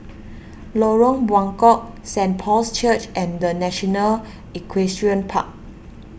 Lorong Buangkok Saint Paul's Church and the National Equestrian Park